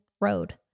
road